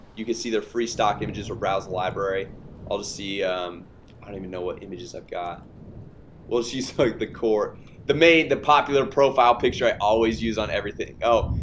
you can see there free stock images or browse the library all to see i don't even know what images. i've got well, she's like the core the made the popular profile picture. i always use on everything. oh,